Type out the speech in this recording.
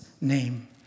name